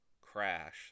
crash